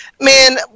man